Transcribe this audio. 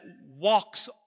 walks